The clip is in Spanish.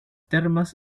termas